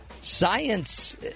science